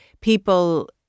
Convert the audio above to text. people